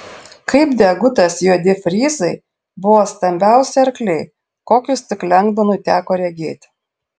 kaip degutas juodi fryzai buvo stambiausi arkliai kokius tik lengdonui teko regėti